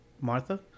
Martha